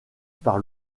par